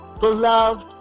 Beloved